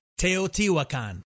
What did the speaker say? Teotihuacan